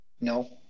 No